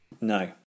No